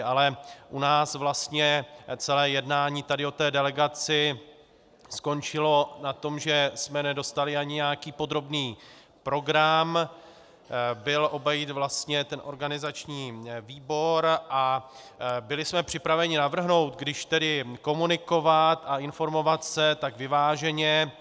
Ale u nás vlastně celé jednání tady o té delegaci skončilo na tom, že jsme nedostali ani nějaký podrobný program, byl obejit vlastně organizační výbor a byli jsme připraveni navrhnout, když tedy komunikovat a informovat se, tak vyváženě.